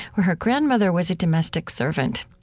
where her grandmother was a domestic servant.